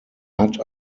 hat